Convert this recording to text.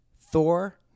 Thor